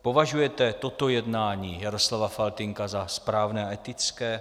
Považujete toto jednání Jaroslava Faltýnka za správné a etické?